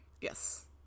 Yes